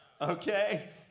Okay